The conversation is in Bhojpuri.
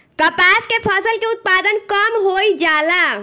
कपास के फसल के उत्पादन कम होइ जाला?